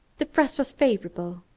the press was favorable,